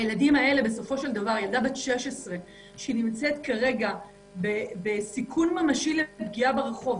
הילדים האלה ילדה בת 16 שנמצאת כרגע בסיכון ממשי לפגיעה ברחוב,